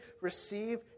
receive